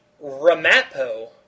Ramapo